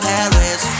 Paris